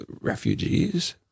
refugees